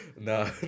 No